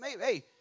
Hey